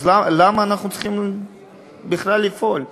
אז למה אנחנו צריכים בכלל לפעול?